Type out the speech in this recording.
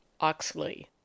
Oxley